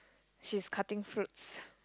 she's cutting fruits